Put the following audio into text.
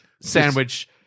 sandwich